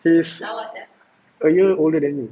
she's a year older than you